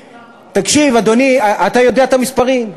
תקשיב, אדוני, אתה יודע את המספרים.